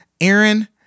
aaron